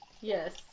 Yes